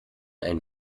ein